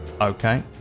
Okay